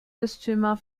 bistümer